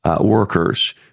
workers